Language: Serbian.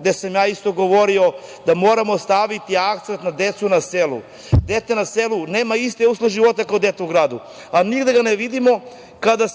gde sam ja isto govorio da moramo staviti akcenat na decu na selu. Dete na selu nema iste uslove života kao dete u gradu, a nigde ga ne vidimo kada